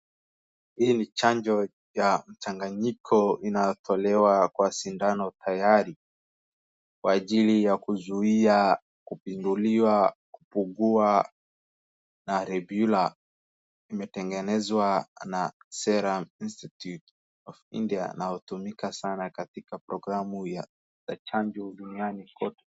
Hii ni chanjo ya mchanganyiko inayotolewa kwa sindano tayari kwa ajili ya kuzuia, kupinduliwa ,kuugua na rebula. Imetengenezwa na Serum Institute of India na hutumika zana katika programme ya chanjo duniani kote.